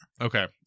Okay